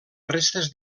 restes